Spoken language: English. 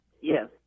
Yes